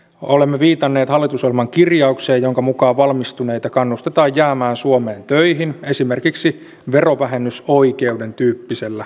olemme viitanneet hallitusohjelman kirjaukseen jonka mukaan valmistuneita kannustetaan jäämään suomeen töihin esimerkiksi verovähennysoikeuden tyyppisellä järjestelmällä